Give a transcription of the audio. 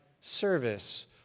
service